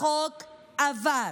החוק עבר.